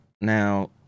Now